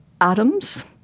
atoms